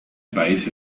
país